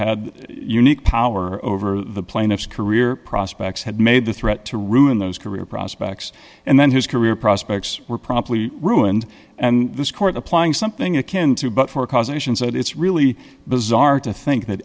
had unique power over the plaintiffs career prospects had made the threat to ruin those career prospects and then his career prospects were promptly ruined and this court applying something akin to but for causation said it's really bizarre to think that